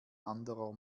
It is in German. anderer